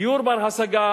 דיור בר-השגה